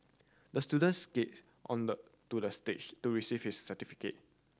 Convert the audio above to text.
the student skated on the to the stage to receive his certificate